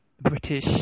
British